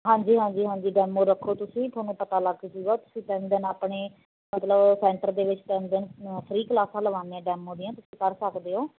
ਹਾਂਜੀ ਹਾਂਜੀ ਹਾਂਜੀ ਡੈਮੋ ਰੱਖੋ ਤੁਸੀਂ ਤੁਹਾਨੂੰ ਪਤਾ ਲੱਗ ਜੂਗਾ ਤੁਸੀਂ ਤਿੰਨ ਦਿਨ ਆਪਣੀ ਮਤਲਬ ਸੈਂਟਰ ਦੇ ਵਿੱਚ ਤਿੰਨ ਦਿਨ ਫਰੀ ਕਲਾਸਾਂ ਲਵਾਉਂਦੇ ਹਾਂ ਡੈਮੋ ਦੀਆਂ ਤੁਸੀਂ ਕਰ ਸਕਦੇ ਹੋ